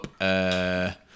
up